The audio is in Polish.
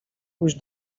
pójść